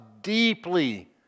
deeply